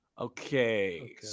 Okay